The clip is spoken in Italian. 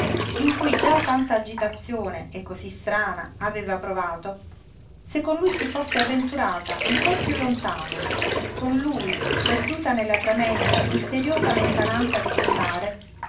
in cui già tanta agitazione e cosí strana aveva provato se con lui si fosse avventurata ancor piú lontano con lui sperduta nella tremenda misteriosa lontananza di quel mare